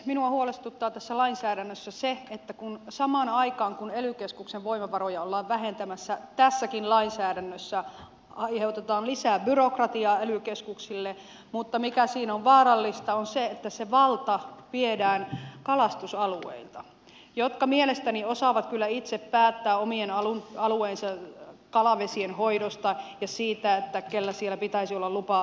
minua huolestuttaa tässä lainsäädännössä se että samaan aikaan kun ely keskuksen voimavaroja ollaan vähentämässä tässäkin lainsäädännössä aiheutetaan lisää byrokratiaa ely keskuksille mutta mikä siinä on vaarallista on se että se valta viedään kalastusalueilta jotka mielestäni osaavat kyllä itse päättää omien alueidensa kalavesien hoidosta ja siitä kenellä siellä pitäisi olla lupa kalastaa